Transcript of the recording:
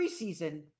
preseason